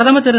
பிரதமர் திரு